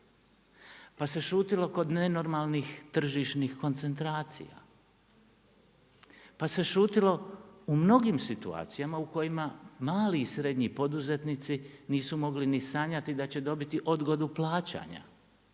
pa se šutilo kod nenormalnih tržišnih koncentracija, pa se šutilo u mnogim situacijama u kojima mali i srednji poduzetnici nisu mogli ni sanjati da će dobiti odgodu plaćanja,